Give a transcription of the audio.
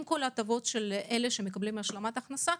עם כל ההטבות של אלה שמקבלים השלמת הכנסה,